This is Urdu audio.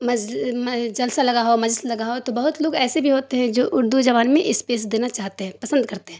جلسہ لگا ہو مجلس لگا ہو تو بہت لوگ ایسے بھی ہوتے ہیں جو اردو زبان میں اسپیس دینا چاہتے ہیں پسند کرتے ہیں